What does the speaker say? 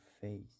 face